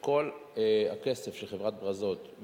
שכל הכסף של חברת "פרזות",